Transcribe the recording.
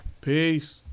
peace